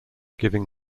giving